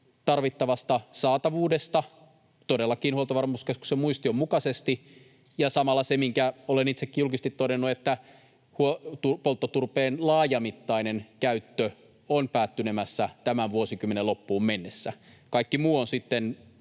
tarvittavasta saatavuudesta — todellakin Huoltovarmuuskeskuksen muistion mukaisesti — ja samalla se, minkä olen itsekin julkisesti todennut, että polttoturpeen laajamittainen käyttö on päättynemässä tämän vuosikymmenen loppuun mennessä. Kaikki muu on sitten